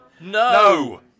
No